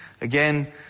again